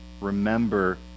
remember